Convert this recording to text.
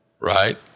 right